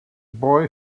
boy